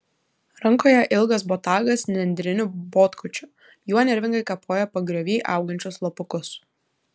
rankoje ilgas botagas nendriniu botkočiu juo nervingai kapoja pagriovy augančius lapukus